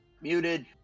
Muted